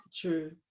true